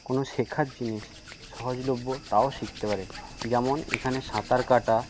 কোন শেখার জিনিস সহজলভ্য তাও শিখতে পারে যেমন এখানে সাঁতার কাটা